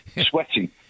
sweating